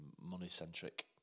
money-centric